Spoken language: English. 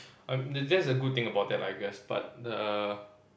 um that that's a good thing about that I guess but the